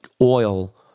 oil